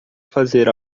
fazer